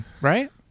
Right